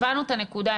הבנו את הנקודה,